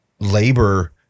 labor